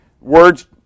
words